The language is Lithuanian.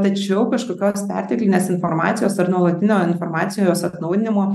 tačiau kažkokios perteklinės informacijos ar nuolatinio informacijos atnaujinimo